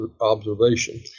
observation